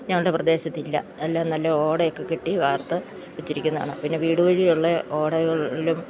ഞങ്ങളുടെ പ്രദേശത്ത് ഇല്ല എല്ലാം നല്ല ഓടയൊക്കെ കെട്ടി വാർത്തു വച്ചരിക്കുന്നതാണ് പിന്നെ വീട് വഴിയുള്ള ഓടകളിലും